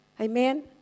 Amen